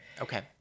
Okay